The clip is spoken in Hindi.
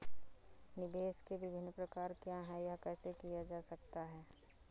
निवेश के विभिन्न प्रकार क्या हैं यह कैसे किया जा सकता है?